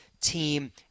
team